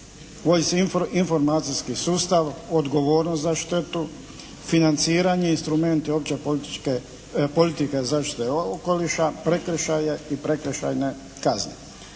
uvodi se informacijski sustav, odgovornost za štetu, financiranje i instrumenti opće politike zaštite okoliša, prekršaja i prekršajne kazne.